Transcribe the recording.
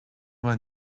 vingt